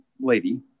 lady